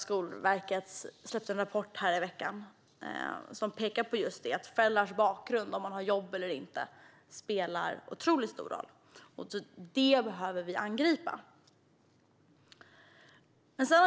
Skolverket släppte även en rapport i veckan som just pekar på att föräldrars bakgrund och om de har jobb eller inte spelar en otroligt stor roll. Det behöver vi angripa.